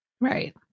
Right